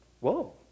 Whoa